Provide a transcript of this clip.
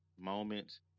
moments